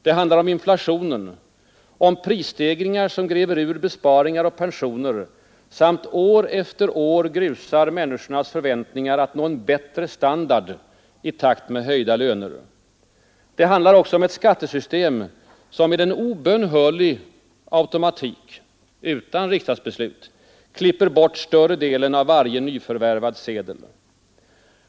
Det handlar om inflationen, om prisstegringar som gräver ur besparingar och pensioner samt år efter år grusar människornas förväntningar att nå en bättre standard i takt med höjda löner. Det handlar också om ett skattesystem som med en obönhörlig automatik — utan riksdagsbeslut — klipper bort större delen av varje nyförvärvad sedel.